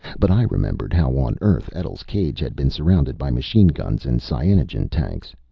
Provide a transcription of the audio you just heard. but i remembered how, on earth, etl's cage had been surrounded by machine-guns and cyanogen tanks,